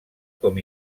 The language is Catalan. com